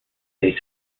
they